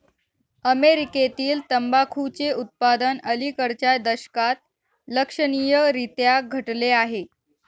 अमेरीकेतील तंबाखूचे उत्पादन अलिकडच्या दशकात लक्षणीयरीत्या घटले आहे